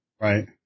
Right